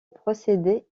procédé